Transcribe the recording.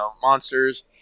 monsters